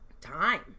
time